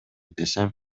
десем